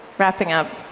wrapping up,